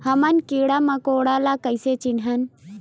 हमन कीरा मकोरा ला कइसे चिन्हन?